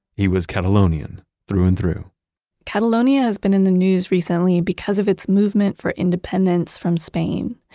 he was catalonian through and through catalonia has been in the news recently because of its movement for independence from spain.